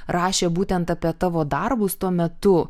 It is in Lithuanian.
rašė būtent apie tavo darbus tuo metu